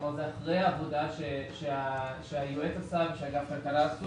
כלומר, הוא אחרי עבודה שהיועץ עשה ואגף כלכלה עשה.